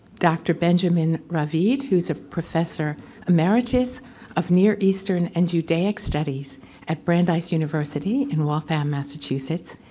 dr. benjamin ravid who's a professor emeritus of near eastern and judaic studies at brandeis university in waltham, massachusetts,